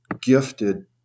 gifted